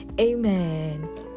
Amen